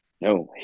No